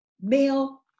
male